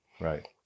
Right